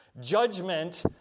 judgment